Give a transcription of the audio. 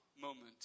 moment